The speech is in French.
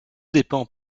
dépend